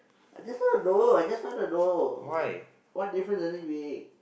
I just wanna know I just want to know what difference does it make